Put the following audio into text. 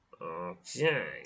Okay